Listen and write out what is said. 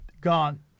gone